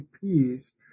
peace